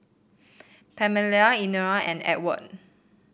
Pamella Elenore and Edward